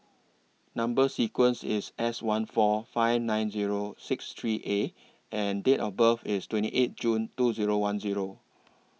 Number sequence IS S one four five nine Zero six three A and Date of birth IS twenty eight June two Zero one Zero